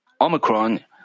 Omicron